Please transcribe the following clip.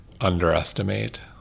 underestimate